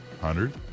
Hundred